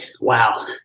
wow